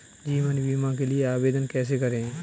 जीवन बीमा के लिए आवेदन कैसे करें?